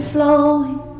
flowing